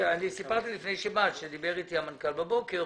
סיפרתי לפני שבאת שדיבר אתי המנכ"ל הבוקר.